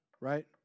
right